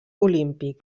olímpic